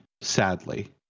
sadly